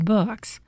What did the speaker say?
Books